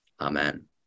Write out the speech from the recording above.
Amen